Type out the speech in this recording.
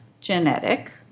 genetic